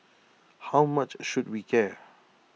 how much should we care